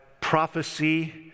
prophecy